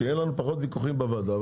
שיהיו לנו פחות ויכוחים בוועדה.